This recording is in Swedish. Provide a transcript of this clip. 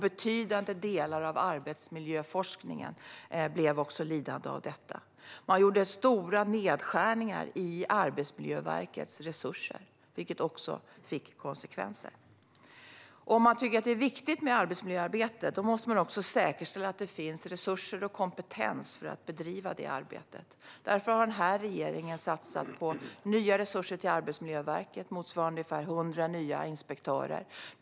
Betydande delar av arbetsmiljöforskningen blev också lidande av detta. Man gjorde dessutom stora nedskärningar i Arbetsmiljöverkets resurser, vilket fick konsekvenser. Om man tycker att arbetsmiljöarbete är viktigt måste man också säkerställa att det finns resurser och kompetens för att bedriva detta arbete. Därför har denna regering satsat på nya resurser till Arbetsmiljöverket, motsvarande ungefär 100 nya inspektörer.